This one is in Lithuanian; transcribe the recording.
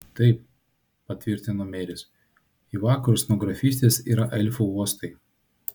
taip patvirtino meris į vakarus nuo grafystės yra elfų uostai